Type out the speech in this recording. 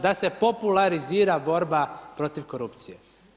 Da se popularizira borba protiv korupcije.